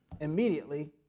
immediately